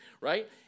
right